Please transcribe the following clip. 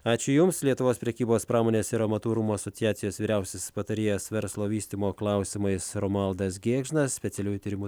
ačiū jums lietuvos prekybos pramonės ir amatų rūmų asociacijos vyriausiasis patarėjas verslo vystymo klausimais romualdas gėgžnas specialiųjų tyrimų